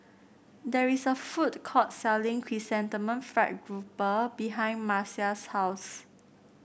there is a food court selling Chrysanthemum Fried Grouper behind Marcia's house